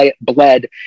bled